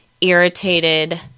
irritated